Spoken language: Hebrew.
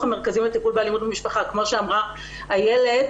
המרכזים לטיפול באלימות במשפחה כמו שאמרה איילת,